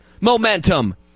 momentum